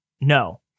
No